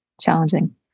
challenging